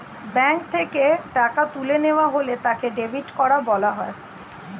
bank থেকে টাকা তুলে নেওয়া হলে তাকে ডেবিট করা বলা হয়